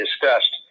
discussed